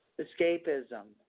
escapism